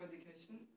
education